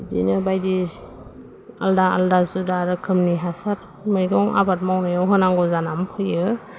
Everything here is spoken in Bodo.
बिदिनो बायदि आलदा आलदा जुदा रोखोमनि हासार मैगं आबाद मावनायाव होनांगौ जानानै फैयो